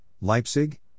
Leipzig